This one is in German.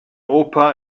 opa